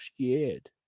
scared